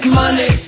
money